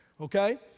Okay